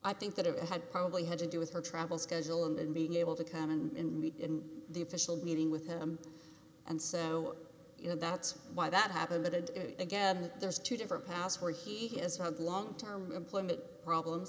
i think that it had probably had to do with her travel schedule and being able to come and meet in the official meeting with him and so you know that's why that happened and again there's two different pass where he has had long term employment problems